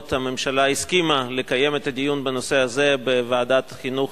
הממשלה הסכימה לקיים את הדיון בנושא הזה בוועדת החינוך,